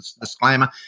disclaimer